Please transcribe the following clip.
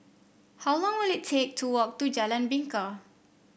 how long will it take to walk to Jalan Bingka